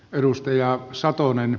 edustaja saa toinen